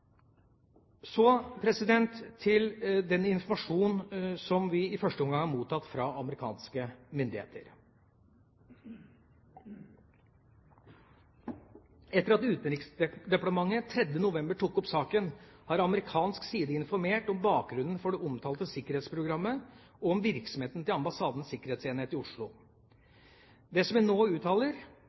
til den informasjonen som vi i første omgang har mottatt fra amerikanske myndigheter. Etter at Utenriksdepartementet 3. november tok opp saken, har amerikansk side informert om bakgrunnen for det omtalte sikkerhetsprogrammet, og om virksomheten til ambassadens sikkerhetsenhet i Oslo. Det som jeg nå uttaler,